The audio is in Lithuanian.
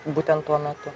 būtent tuo metu